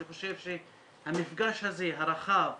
אני חושב שהמפגש הרחב הזה,